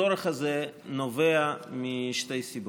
הצורך הזה נובע משתי סיבות: